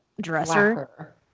dresser